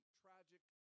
tragic